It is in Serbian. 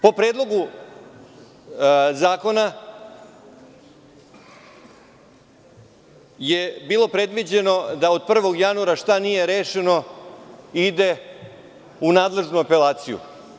Po predlogu zakona je bio predviđeno da od 1. januara šta nije rešeno ide u nadležnu apelaciju.